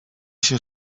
się